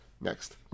Next